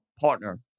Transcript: partner